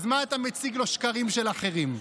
אז מה אתה מציג לו שקרים של אחרים?